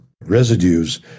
residues